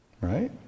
Right